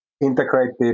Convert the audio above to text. integrated